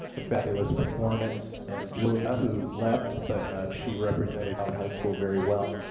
a fabulous performance and julia who left but she represented ballard high school very well.